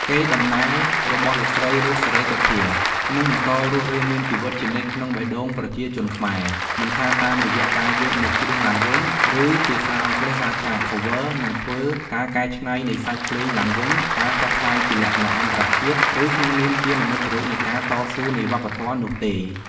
កេរ្តិ៍ដំណែលរបស់លោកស្រី រស់ សេរីសុទ្ធា នឹងបន្តរស់រានមានជីវិតជានិច្ចក្នុងបេះដូងប្រជាជនខ្មែរ មិនថាតាមរយៈការយកមកច្រៀងឡើងវិញ ឬភាសាអង់គ្លេស ហៅថា Cover និងធ្វើ ការកែច្នៃនៃសាច់ភ្លេងឡើងវិញ ការ ផ្សព្វផ្សាយជាលក្ខណៈអន្តរជាតិ ឬក្នុងនាមជា និមិត្តរូបនៃការតស៊ូនៃវប្បធម៌ នោះទេ។